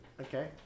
Okay